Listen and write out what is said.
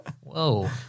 Whoa